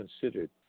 considered